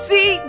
See